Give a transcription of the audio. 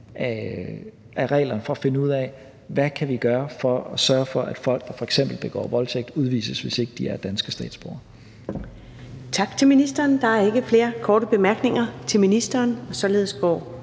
af reglerne for at finde ud af, hvad vi kan gøre for at sørge for, at folk, der f.eks. begår voldtægt, udvises, hvis ikke de er danske statsborgere. Kl. 14:22 Første næstformand (Karen Ellemann): Tak til ministeren. Der er ikke flere korte bemærkninger til ministeren, og således går